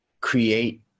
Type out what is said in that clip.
create